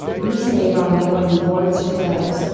we save our real rewards for those,